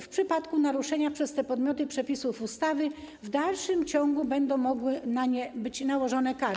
W przypadku naruszenia przez te podmioty przepisów ustawy w dalszym ciągu będą mogły na nie być nałożone kary.